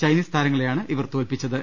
Chinese താരങ്ങളെയാണ് ഇവർ തോൽപ്പിച്ചത്